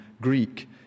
Greek